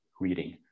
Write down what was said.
reading